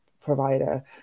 provider